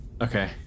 Okay